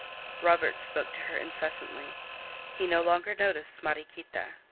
robert spoke to her incessantly he no longer noticed mariequita.